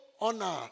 honor